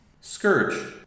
Scourge